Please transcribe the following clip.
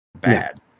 Bad